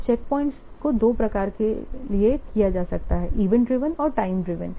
तो चैकपॉइंट्स को दो प्रकार के लिए किया जा सकता है इवेंट ड्रिवन और टाइम ड्रिवन